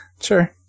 Sure